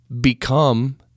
become